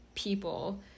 people